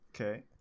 Okay